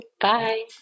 Bye